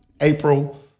April-